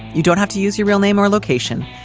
you don't have to use your real name or location,